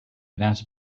without